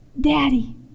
daddy